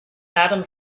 madame